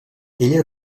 ella